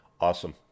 Awesome